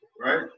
right